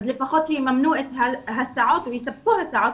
אז לפחות שיממנו את ההסעות ויספקו הסעות